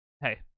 Hey